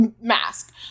mask